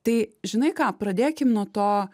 tai žinai ką pradėkim nuo to